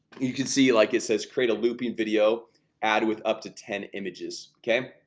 you can see like it says create a looping video ad with up to ten images, okay?